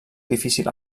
difícil